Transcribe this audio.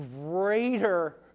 greater